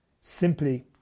simply